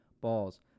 balls